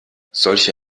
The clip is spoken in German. solche